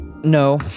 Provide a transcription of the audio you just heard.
No